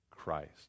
Christ